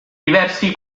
diversi